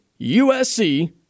USC